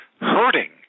hurting